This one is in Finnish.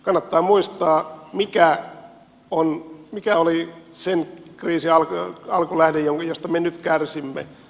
kannattaa muistaa mikä oli sen kriisin alkulähde josta me nyt kärsimme